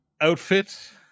outfit